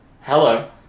Hello